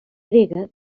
grega